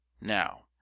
Now